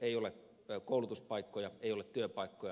ei ole koulutuspaikkoja ei ole työpaikkoja